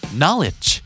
knowledge